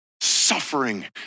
Suffering